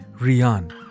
Rian